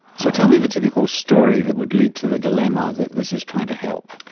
so tell me the typical story that would lead to the dilemma that this is trying to help.